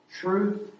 truth